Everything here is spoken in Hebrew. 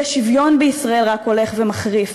האי-שוויון בישראל רק הולך ומחריף,